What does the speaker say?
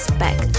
back